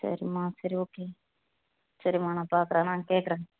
சரிமா சரி ஓகே சரிமா நான் பார்க்குறேன் நான் கேட்குறன்